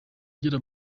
ugira